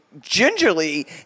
gingerly